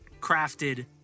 crafted